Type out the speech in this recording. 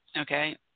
okay